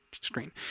screen